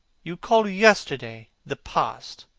you call yesterday the past?